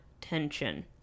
tension